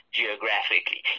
geographically